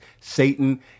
Satan